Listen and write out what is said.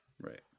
Right